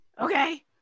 Okay